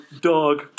dog